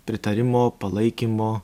pritarimo palaikymo